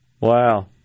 Wow